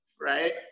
right